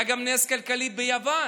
היה גם נס כלכלי ביוון